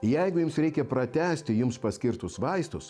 jeigu jums reikia pratęsti jums paskirtus vaistus